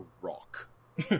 rock